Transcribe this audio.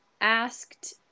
asked